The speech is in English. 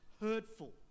hurtful